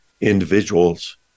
individuals